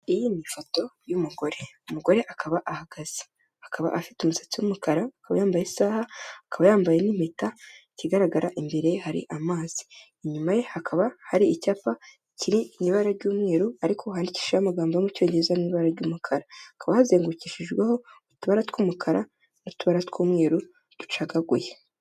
Iyi ni ifoto y'umugore; umugore akaba ahagaze, akaba afite umusatsi w'umukara; akaba yambaye isaha, akaba yambaye n'impeta. Ikigaragara imbere hari amazi inyuma hakaba hari icyapa kiri mu ibara ry'umweru ariko handikishijeho amagambo yo mu cyongereza mu ibara ry'umukara hakaba hazengukishijweho utubara tw'umukara n'utubara tw'umweru ducagaguye.